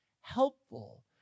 helpful